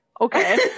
Okay